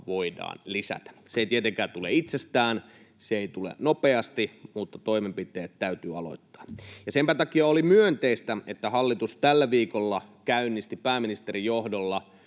voidaan lisätä. Se ei tietenkään tule itsestään, eikä se tule nopeasti, mutta toimenpiteet täytyy aloittaa. Senpä takia oli myönteistä, että hallitus tällä viikolla käynnisti pääministerin johdolla